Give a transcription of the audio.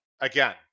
Again